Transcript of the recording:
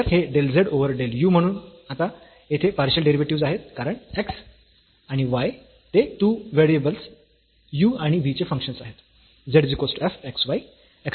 तर हे del z over del u म्हणून आता येथे पार्शियल डेरिव्हेटिव्हस् आहेत कारण x आणि y ते 2 व्हेरिएबल्स u आणि v चे फंक्शन्स आहेत